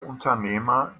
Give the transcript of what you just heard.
unternehmer